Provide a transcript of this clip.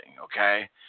Okay